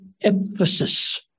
emphasis